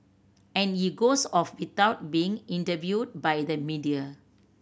and he goes off without being interviewed by the media